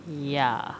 ya